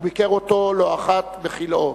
וביקר אותו לא אחת בכלאו.